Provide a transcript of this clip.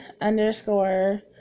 underscore